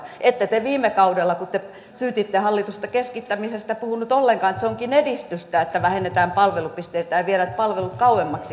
ette te viime kaudella kun te syytitte hallitusta keskittämisestä puhuneet ollenkaan että se onkin edistystä että vähennetään palvelupisteitä ja viedään palvelut kauemmaksi ihmisiltä